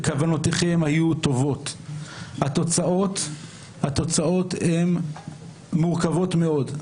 כוונותיכם היו טובות, התוצאות הן מורכבות מאוד.